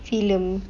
film